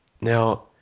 Now